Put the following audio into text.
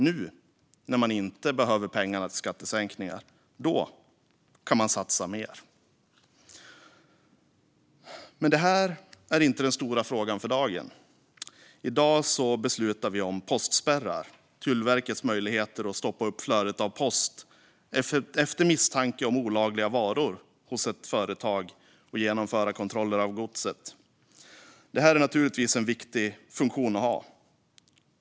Nu, när man inte behöver pengarna till skattesänkningar, kan man satsa mer. Men det här är inte den stora frågan för dagen. I dag beslutar vi om postspärrar, Tullverkets möjligheter att stoppa upp flödet av post efter misstanke om olagliga varor hos ett företag och genomföra kontroller av godset. Det här är naturligtvis en viktig funktion.